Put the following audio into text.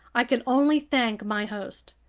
i could only thank my host.